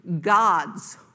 God's